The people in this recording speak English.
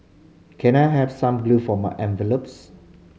can I have some glue for my envelopes